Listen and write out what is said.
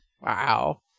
wow